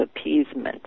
appeasement